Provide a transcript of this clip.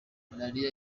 malaria